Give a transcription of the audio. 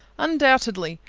undoubtedly.